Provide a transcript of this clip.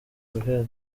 guhera